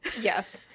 Yes